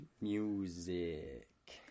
Music